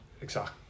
exact